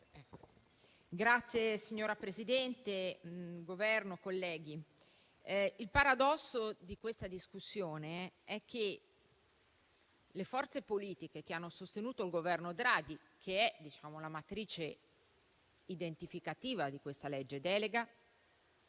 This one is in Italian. rappresentante del Governo, colleghi, il paradosso di questa discussione è che le forze politiche che hanno sostenuto il Governo Draghi, che è la matrice identificativa di questo disegno di legge